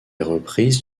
reprise